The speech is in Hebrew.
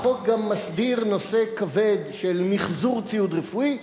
החוק גם מסדיר נושא כבד של מיחזור ציוד רפואי,